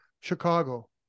Chicago